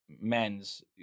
Men's